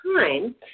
time